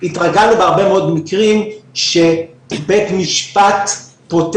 התרגלנו בהרבה מאוד מקרים שבית משפט פותר